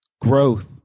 growth